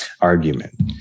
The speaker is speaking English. argument